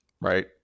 Right